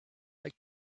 like